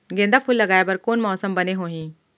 गेंदा फूल लगाए बर कोन मौसम बने होही?